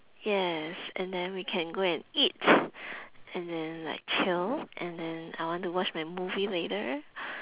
yes and then we can go and eat and then like chill and then I want to watch my movie later